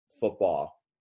Football